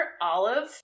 Olive